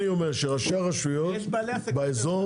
לכן אני אומר שראשי הרשויות באזור,